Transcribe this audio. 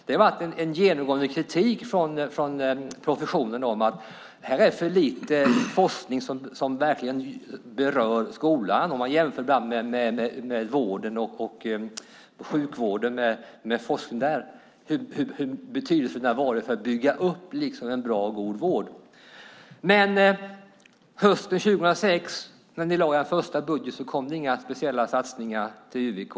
Det har varit en genomgående kritik från professionen att här är för lite forskning som verkligen berör skolan. Man jämför ibland med forskning inom sjukvården och hur betydelsefull den har varit för att bygga upp en bra och god vård. Men när ni lade fram er första budget hösten 2006 kom det inga speciella satsningar till UVK.